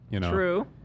True